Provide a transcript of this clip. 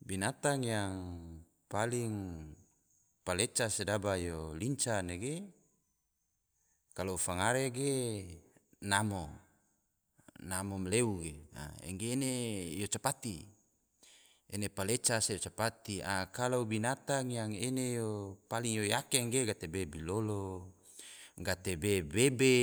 Binatang yang paling paleca sedaba yo linca nege, kalo fangare ge namo, namo maleu ge, engge ene yo capati, ene paleca se capati, kalo binatang yang ene yo paling yo yake ge, gatebe bilolo, gatebe bebe,